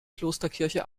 klosterkirche